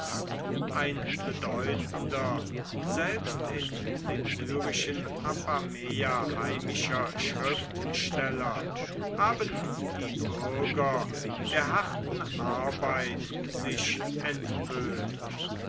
ein bedeutender selbst in dem syrischen apameia heimischer schriftsteller haben die bürger der harten arbeit sich entwöhnt